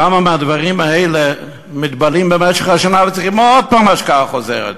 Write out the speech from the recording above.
כמה מהדברים האלה מתבלים במשך השנה וצריך עוד פעם השקעה חוזרת?